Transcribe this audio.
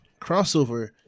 crossover